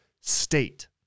state